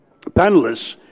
panelists